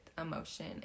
emotion